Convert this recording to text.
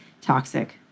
toxic